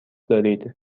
دارید